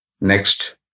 Next